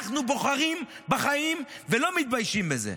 אנחנו בוחרים בחיים ולא מתביישים בזה.